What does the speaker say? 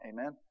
amen